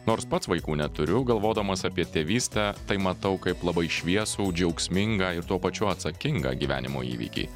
nors pats vaikų neturiu galvodamas apie tėvystę tai matau kaip labai šviesų džiaugsmingą ir tuo pačiu atsakingą gyvenimo įvykį